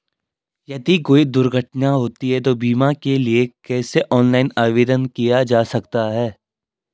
यदि कोई दुर्घटना होती है तो बीमे के लिए कैसे ऑनलाइन आवेदन किया जा सकता है?